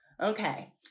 Okay